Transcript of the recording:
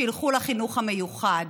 שילכו לחינוך המיוחד.